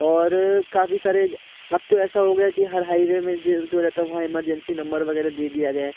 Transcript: और काफ़ी सारे अब तो ऐसा हो गया है कि हर हाईवे में जे जो रहता है वहाँ इमरजेंसी नंबर वगैरह दे दिया गया है